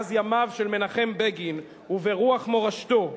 מאז ימיו של מנחם בגין, וברוח מורשתו.